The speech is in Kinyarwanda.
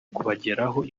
kubageraho